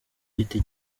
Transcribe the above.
giti